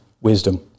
wisdom